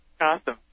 Awesome